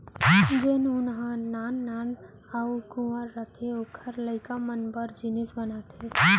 जेन ऊन ह नान नान अउ कुंवर रथे ओकर लइका मन बर जिनिस बनाथे